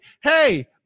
hey